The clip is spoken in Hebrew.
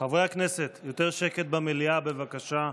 חברי הכנסת, יותר שקט במליאה, בבקשה.